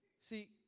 see